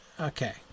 Okay